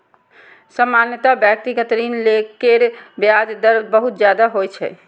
सामान्यतः व्यक्तिगत ऋण केर ब्याज दर बहुत ज्यादा होइ छै